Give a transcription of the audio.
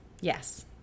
Yes